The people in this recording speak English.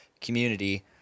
community –